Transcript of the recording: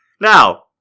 Now